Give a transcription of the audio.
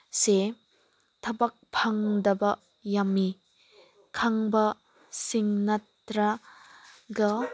ꯁꯦ ꯊꯕꯛ ꯐꯪꯗꯕ ꯌꯥꯝꯃꯤ ꯈꯪꯕꯁꯤꯡ ꯅꯠꯇ꯭ꯔꯒ